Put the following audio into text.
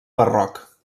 barroc